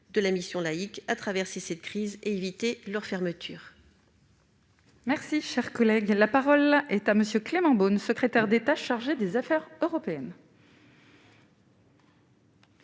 de la Mission laïque à traverser cette crise et éviter leur fermeture. Merci, cher collègue, la parole est à monsieur Clément Beaune, secrétaire d'État chargé des affaires européennes.